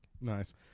nice